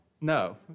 No